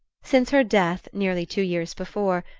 since her death, nearly two years before,